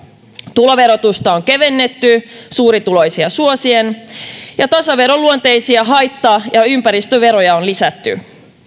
tuloverotusta on kevennetty suurituloisia suosien ja tasaveroluonteisia haitta ja ja ympäristöveroja on lisätty